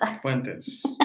Fuentes